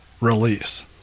release